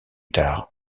tard